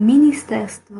ministerstvo